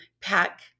pack